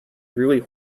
really